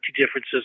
differences